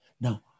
Now